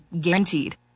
guaranteed